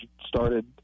started